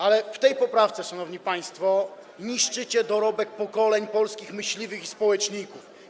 Ale w tej poprawce, szanowni państwo, niszczycie dorobek pokoleń polskich myśliwych i społeczników.